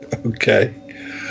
Okay